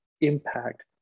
impact